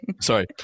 Sorry